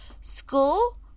school